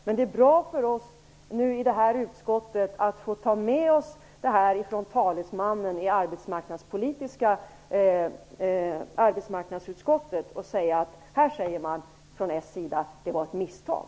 Men det är bra för oss i utskottet att kunna ta med oss uttalandet från talesmannen i arbetsmarknadsutskottet, att Socialdemokraterna säger att detta var ett misstag.